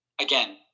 Again